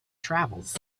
travels